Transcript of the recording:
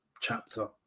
chapter